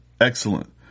Excellent